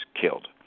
killed